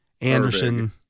Anderson